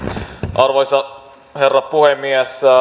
arvoisa herra puhemies